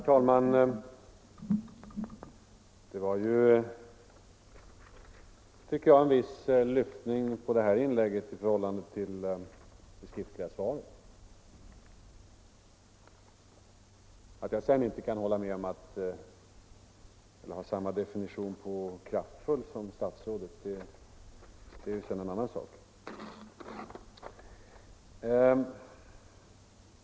Herr talman! Statsrådets senaste inlägg hade, jämfört med det skriftliga svaret, en viss lyftning, tycker jag. Att jag sedan inte har samma definition på ”kraftfull” som statsrådet, är en annan sak.